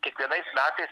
kiekvienais metais